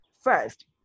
first